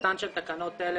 תחילתן של תקנות אלה